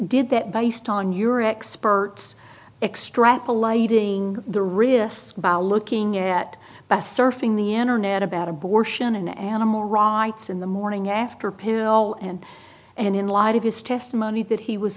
did that based on your experts extrapolating the risk by looking at best surfing the internet about abortion in animal rights in the morning after pill and and in light of his testimony that he was